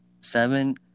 seven